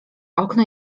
okno